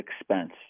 expense